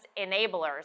enablers